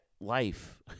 life